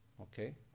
Okay